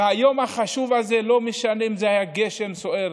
היום החשוב הזה, לא היה משנה אם בגשם סוער